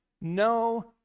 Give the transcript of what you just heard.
No